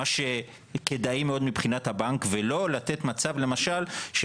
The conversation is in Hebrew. מה שכדאי מאוד מבחינת הבנק ולא לתת מצב למשל של